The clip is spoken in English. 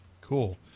Cool